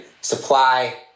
supply